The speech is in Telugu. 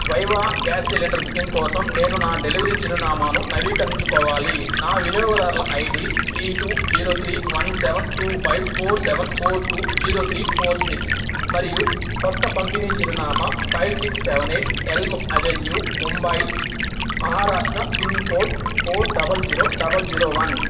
వైవా గ్యాస్ సిలిండర్ బుకింగ్ కోసం నేను నా డెలివరీ చిరునామాను నవీకరించుకోవాలి నా వినియోగదారుల ID three two zero three one seven two five four seven four two zero three four six మరియు కొత్త పంపిణీ చిరునామా five six seven eight elm avenue Mumbai Maharashtra pincode four double zero double zero one